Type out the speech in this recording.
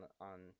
on